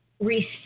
receive